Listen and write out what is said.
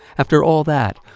after all that,